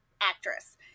actress